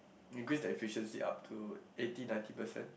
you increase that efficiency up to eighty ninety percent